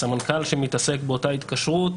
הסמנכ"ל שמתעסק באותה התקשרות,